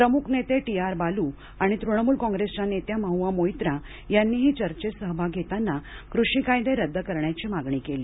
द्रमुक नेते T R Baalu आणि तृणमूल कॉंग्रेसच्या नेत्या माहुआ मोइत्रा यांनीही चर्चेत सहभाग घेताना कृषी कायदे रद्द करण्याची मागणी केली